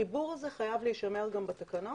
החיבור הזה חייב להישמר גם בתקנות